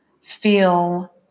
feel